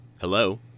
Hello